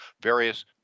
various